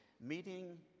meeting